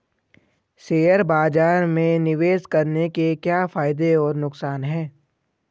Share बाज़ार में निवेश करने के क्या फायदे और नुकसान हैं?